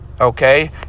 okay